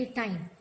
time